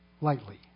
lightly